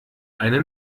eine